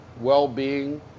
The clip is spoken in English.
well-being